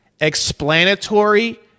explanatory